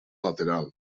lateral